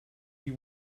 you